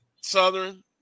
Southern